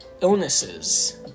illnesses